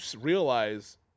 realize